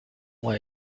why